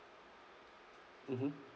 mmhmm